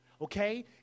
okay